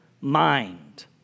mind